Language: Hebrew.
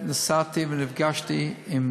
נסעתי ונפגשתי עם